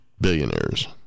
billionaires